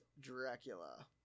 Dracula